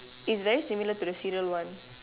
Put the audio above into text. is very similar to the cereal one